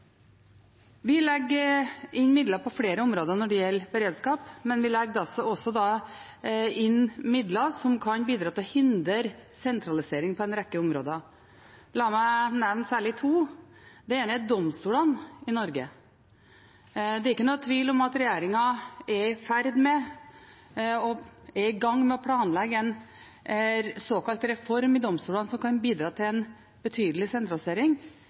Vi legger inn midler på flere områder når det gjelder beredskap, men vi legger også inn midler som kan bidra til å hindre sentralisering på en rekke områder. La meg nevne særlig to. Det ene er domstolene i Norge. Det er ingen tvil om at regjeringen er i gang med å planlegge en såkalt reform i domstolene som kan bidra til en betydelig sentralisering.